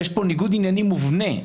יש פה ניגוד עניינים מובנה.